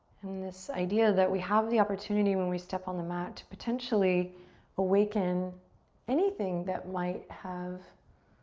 and this idea that we have the opportunity when we step on the mat to potentially awaken anything that might have